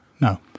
No